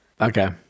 Okay